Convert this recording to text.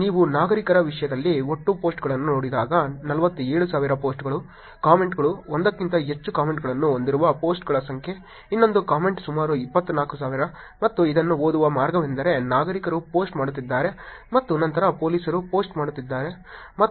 ಮತ್ತು ನೀವು ನಾಗರಿಕರ ವಿಷಯದಲ್ಲಿ ಒಟ್ಟು ಪೋಸ್ಟ್ಗಳನ್ನು ನೋಡಿದಾಗ 47000 ಪೋಸ್ಟ್ಗಳು ಕಾಮೆಂಟ್ಗಳು ಒಂದಕ್ಕಿಂತ ಹೆಚ್ಚು ಕಾಮೆಂಟ್ಗಳನ್ನು ಹೊಂದಿರುವ ಪೋಸ್ಟ್ಗಳ ಸಂಖ್ಯೆ ಇನ್ನೊಂದು ಕಾಮೆಂಟ್ ಸುಮಾರು 24000 ಮತ್ತು ಇದನ್ನು ಓದುವ ಮಾರ್ಗವೆಂದರೆ ನಾಗರಿಕರು ಪೋಸ್ಟ್ ಮಾಡುತ್ತಿದ್ದಾರೆ ಮತ್ತು ನಂತರ ಪೊಲೀಸರು ಪೋಸ್ಟ್ ಮಾಡುತ್ತಿದ್ದಾರೆ